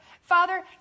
Father